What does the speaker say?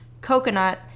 coconut